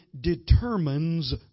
determines